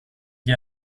gli